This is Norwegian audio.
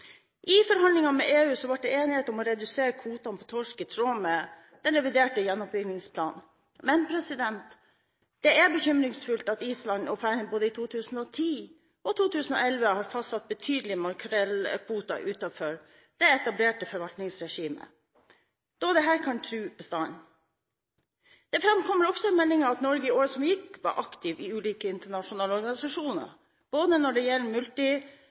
I forhandlingene med EU ble det enighet om å redusere kvoten på torsk, i tråd med den reviderte gjenoppbyggingsplanen. Men det er bekymringsfullt at Island og Færøyene både i 2010 og i 2011 har fastsatt betydelige makrellkvoter utenfor det etablerte forvaltningsregimet, da dette kan true bestanden. Det framkommer også av meldingen at Norge i året som gikk, var aktiv i ulike internasjonale organisasjoner, både når det gjelder